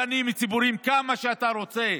גנים ציבוריים כמה שאתה רוצה.